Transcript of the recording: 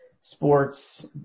sports